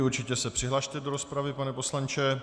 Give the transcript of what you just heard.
Určitě se přihlaste do rozpravy, pane poslanče.